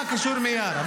מה קשור מיארה?